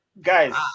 guys